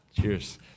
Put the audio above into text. cheers